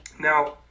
Now